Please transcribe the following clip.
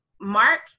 Mark